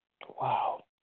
Wow